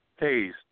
Hey